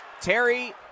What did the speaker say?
Terry